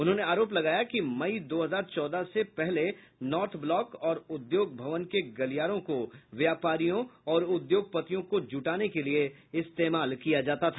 उन्होंने आरोप लगाया कि मई दो हजार चौदह से पहले नॉर्थ ब्लॉक और उद्योग भवन के गलियारों को व्यापारियों और उद्योगपतियों को जुटाने के लिए इस्तेमाल किया जाता था